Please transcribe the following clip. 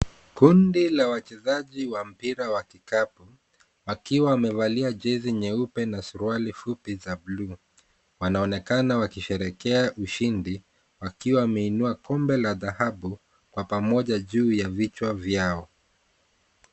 Kundi la wachezaji wa mpira wa kikapu wakiwa wamevalia jezi nyeupe na suruali fupi za blue wanaonekana wakisherehekea ushindi wakiwa wameinua kombe la dhahabu kwa pamoja juu ya vichwa vyao.